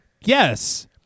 Yes